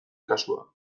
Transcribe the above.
kasua